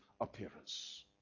appearance